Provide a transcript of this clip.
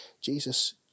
Jesus